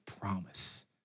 promise